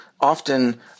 often